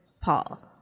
Paul